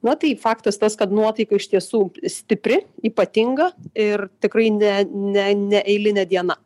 na tai faktas tas kad nuotaika iš tiesų stipri ypatinga ir tikrai ne ne ne eilinė diena